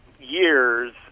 years